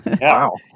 Wow